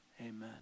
Amen